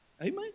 Amen